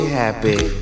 happy